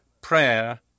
prayer